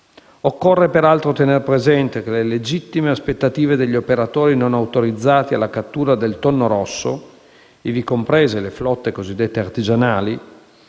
Occorre peraltro tener presente che le legittime aspettative degli operatori non autorizzati alla cattura del tonno rosso (ivi comprese le flotte cosiddette artigianali),